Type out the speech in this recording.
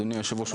אדוני היושב ראש,